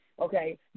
Okay